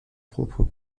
propres